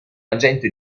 agente